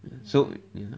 so